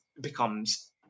becomes